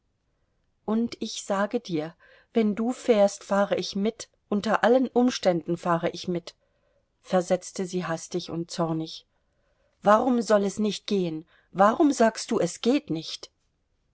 und ich sage dir wenn du fährst fahre ich mit unter allen umständen fahre ich mit versetzte sie hastig und zornig warum soll es nicht gehen warum sagst du es geht nicht